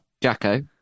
Jacko